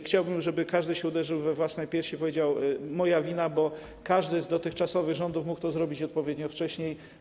Chciałbym, żeby każdy się uderzył we własną pierś i powiedział: moja wina, bo każdy z dotychczasowych rządów mógł to zrobić odpowiednio wcześniej.